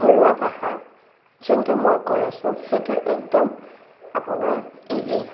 ঘৰুৱা ভাষা যোনটো মই কৈ আছো সেইটো একদম আপোনাৰ ইজি